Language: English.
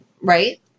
Right